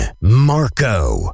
Marco